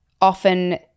often